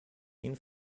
این